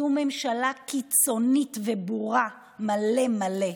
זו ממשלה קיצונית ובורה מלא מלא.